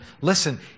listen